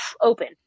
open